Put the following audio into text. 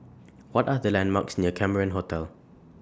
What Are The landmarks near Cameron Hotel